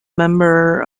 member